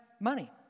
money